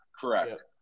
correct